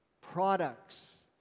products